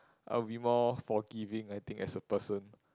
I would be more forgiving I think as a person